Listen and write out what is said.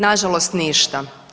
Nažalost ništa.